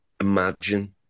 imagine